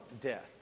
death